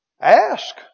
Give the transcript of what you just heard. Ask